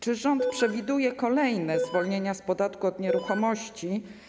Czy rząd przewiduje kolejne zwolnienia z podatku od nieruchomości?